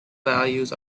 values